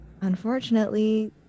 unfortunately